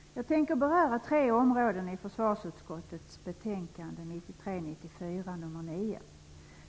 Herr talman! Jag tänker beröra tre områden i försvarsutskottets betänkande 1993/94:FöU9.